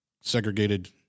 segregated